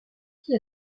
qu’y